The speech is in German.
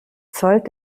zollt